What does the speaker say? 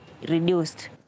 reduced